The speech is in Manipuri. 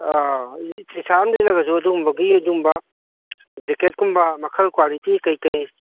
ꯇꯤ ꯁꯥꯔꯠ ꯑꯃ ꯂꯤꯠꯂꯒꯁꯨ ꯑꯗꯨꯝꯕꯒꯤ ꯑꯗꯨꯝꯕ ꯖꯦꯛꯀꯦꯠꯀꯨꯝꯕ ꯃꯈꯜ ꯀ꯭꯭ꯋꯥꯂꯤꯇꯤ ꯀꯩꯀꯩ